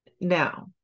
Now